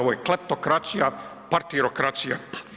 Ovo je kleptokracija, partitokracija.